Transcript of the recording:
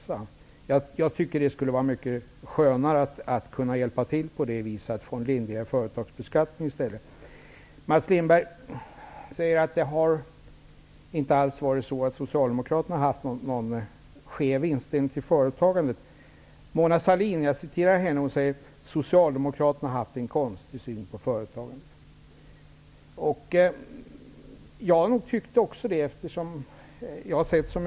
Jag tycker att det skulle vara mycket skönare att kunna hjälpa till på det sättet och få en lindrigare beskattning. Mats Lindberg säger att socialdemokraterna inte har haft någon skev inställning till företagande. Mona Sahlin säger att socialdemokraterna har haft en konstig syn på företagande. Jag har också tyckt så.